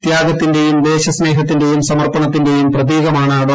ത്യാഗത്തിന്റേയും ദേശസ്നേഹത്തിന്റെയും സമർപ്പണത്തിന്റെയും പ്രതീകമാണ് ഡോ